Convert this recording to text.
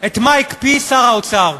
את מה הקפיא שר האוצר?